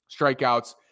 strikeouts